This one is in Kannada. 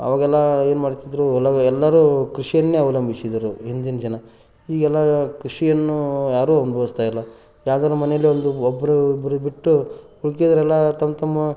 ಆವಾಗೆಲ್ಲ ಏನುಮಾಡ್ತಿದ್ರು ಹೊಲ ಎಲ್ಲರು ಕೃಷಿಯನ್ನೇ ಅವಲಂಬಿಸಿದರು ಹಿಂದಿನ ಜನ ಈಗೆಲ್ಲ ಕೃಷಿಯನ್ನು ಯಾರು ಅನುಭವ್ಸ್ತಾಯಿಲ್ಲ ಯಾವ್ದಾದ್ರು ಮನೆಯಲ್ಲಿ ಒಂದು ಒಬ್ಬರು ಇಬ್ಬರು ಬಿಟ್ಟು ಮಿಕ್ಕಿದೋರೆಲ್ಲ ತಮ್ಮ ತಮ್ಮ